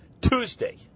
Tuesday